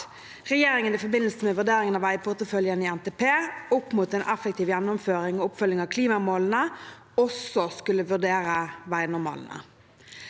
regjeringen i forbindelse med vurderingen av veiporteføljen i NTP opp mot en effektiv gjennomføring og oppfølging av klimamålene også skulle vurdere veinormalene.